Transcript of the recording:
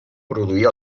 produir